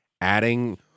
adding